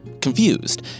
Confused